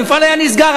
המפעל היה נסגר.